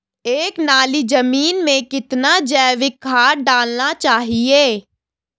एक नाली जमीन में कितना जैविक खाद डालना चाहिए?